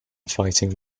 fighting